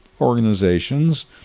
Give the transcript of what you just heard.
organizations